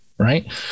Right